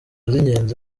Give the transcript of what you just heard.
z’ingenzi